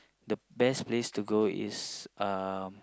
the best place to go is um